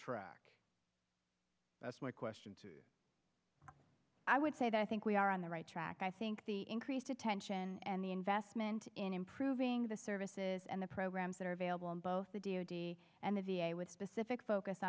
track that's my question i would say that i think we are on the right track i think the increased attention and the investment in improving the services and the programs that are available on both and the v a with specific focus